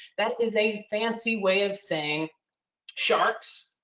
that is a fancy way of saying sharks,